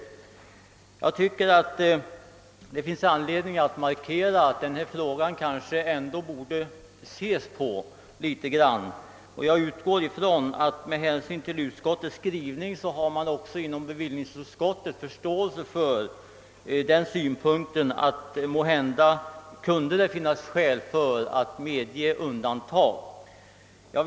Det finns anledning att poängtera att denna fråga borde ses över, och med utgångspunkt från bevillningsutskottets skrivning utgår jag ifrån att man också inom utskottet hyser förståelse för synpunkten att det måhända kan finnas skäl att medge undantag.